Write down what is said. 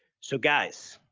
so guys,